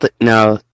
no